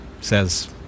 says